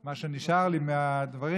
מה שנשאר לי מהדברים.